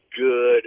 good